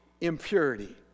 Impurity